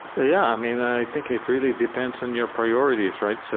yeah. i mean, i think it really depends on your priorities, right? so